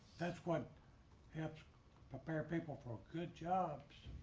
that's what helps prepare people for good jobs.